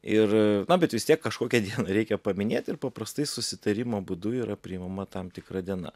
ir na bet vis tiek kažkokią reikia paminėt ir paprastai susitarimo būdu yra priimama tam tikra diena